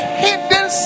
hidden